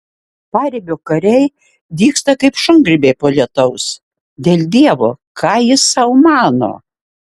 paribio kariai dygsta kaip šungrybiai po lietaus dėl dievo ką jis sau mano